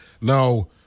now